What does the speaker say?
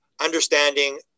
understanding